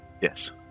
Yes